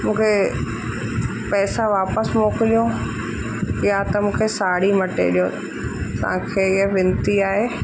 मूंखे पैसा वापसि मोकिलियो या त मूंखे साड़ी मटे ॾियो तव्हांखे हीअ विनती आहे